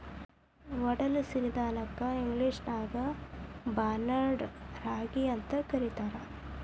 ಒಡಲು ಸಿರಿಧಾನ್ಯಕ್ಕ ಇಂಗ್ಲೇಷನ್ಯಾಗ ಬಾರ್ನ್ಯಾರ್ಡ್ ರಾಗಿ ಅಂತ ಕರೇತಾರ